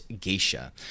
Geisha